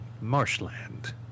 marshland